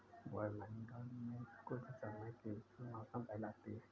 वायुमंडल मे कुछ समय की स्थिति मौसम कहलाती है